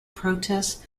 protests